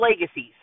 Legacies